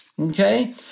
okay